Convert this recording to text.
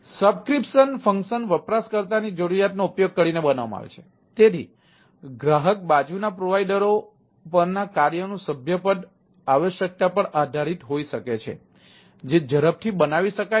subscription ફંકશનમાં મૂકી શકાય છે